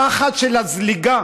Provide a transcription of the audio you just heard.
הפחד של הזליגה